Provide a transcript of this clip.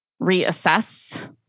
reassess